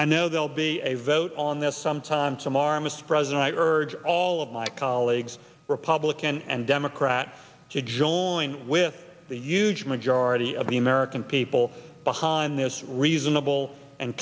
i know they'll be a vote on this sometime tomorrow mispresent i urge all of my colleagues republican and democrat to join with the huge majority of the american people behind this reasonable and